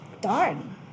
Darn